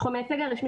ולא נותנים להם